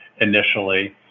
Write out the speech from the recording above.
initially